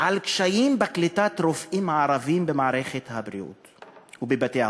על קשיים בקליטת רופאים ערבים במערכת הבריאות ובבתי-החולים.